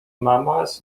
mammals